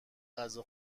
غذا